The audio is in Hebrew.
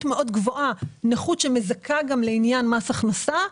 מאוד גבוהה נכות שמזכה גם לעניין מס הכנסה.